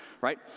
right